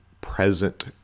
present